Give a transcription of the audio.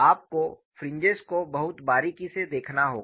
आपको फ्रिंजेस को बहुत बारीकी से देखना होगा